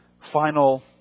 final